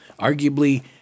Arguably